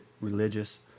religious